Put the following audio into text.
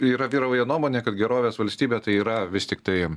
yra vyrauja nuomonė kad gerovės valstybė tai yra vis tiktai